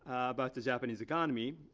about the japanese economy.